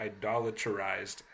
idolatrized